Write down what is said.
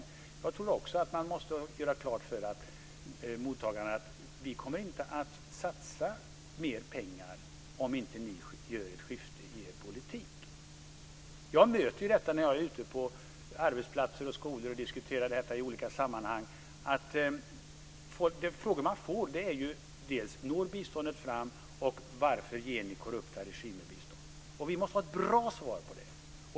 Men jag tror också att man måste göra klart för mottagarna att vi inte kommer att satsa mer pengar om det inte blir ett skifte i deras politik. Jag möter dessa frågor när jag är ute på arbetsplatser och skolor och diskuterar detta i olika sammanhang. De frågor man får gäller om biståendet når fram och varför vi ger korrupta regimer bistånd. Vi måste ha ett bra svar på det.